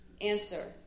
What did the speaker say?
Answer